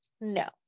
No